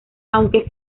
aunque